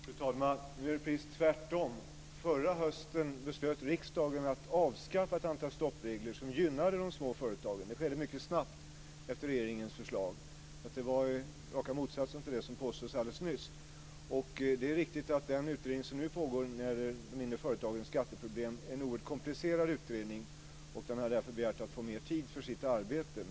Fru talman! Det är precis tvärtom. Förra hösten beslöt riksdagen att avskaffa ett antal stoppregler, vilket gynnade de små företagen. Det skedde mycket snabbt efter regeringens förslag. Det var raka motsatsen till det som påstods alldeles nyss. Det är riktigt att den utredning som nu pågår när det gäller de mindre företagens skatteproblem är en oerhört komplicerad utredning. Den har därför begärt att få mer tid för sitt arbete.